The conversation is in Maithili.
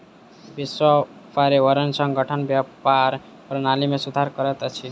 विश्व व्यापार संगठन व्यापार प्रणाली में सुधार करैत अछि